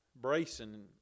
bracing